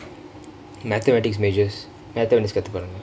mathematics majors mathematics கத்துப்பாங்க:kathupaangka